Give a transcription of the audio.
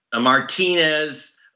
martinez